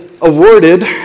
awarded